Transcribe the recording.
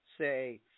say